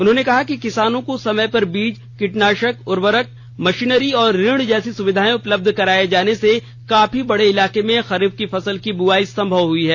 उन्होंने कहा कि किसानों को समय पर बीज कीटनाशक उर्वरक मशीनरी और ऋण जैसी सुविधाएं उपलब्ध कराए जाने से काफी बड़े इलाके में खरीफ की फसलों की बुआई संभव हुई है